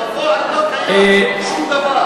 בפועל לא קיים שום דבר.